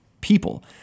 people